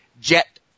Jet